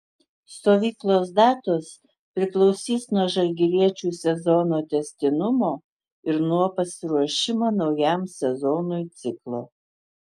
stovyklos datos priklausys nuo žalgiriečių sezono tęstinumo ir nuo pasiruošimo naujam sezonui ciklo